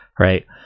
Right